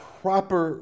proper